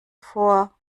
vor